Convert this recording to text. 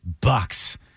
bucks